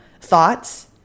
thoughts